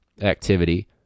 activity